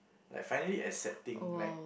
like finally accepting like